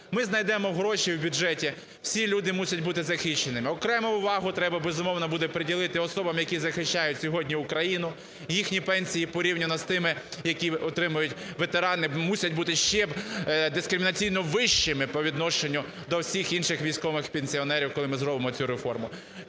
Ми знайдемо гроші в бюджеті, всі люди мусять бути захищеними. Окрему увагу треба, безумовно, приділити особам, які захищають сьогодні Україну, їхні пенсії порівняно з тими, які отримують ветерани, мусять бути щедискримінаційно вищими по відношенню до всіх інших військових пенсіонерів, коли ми зробимо цю реформу.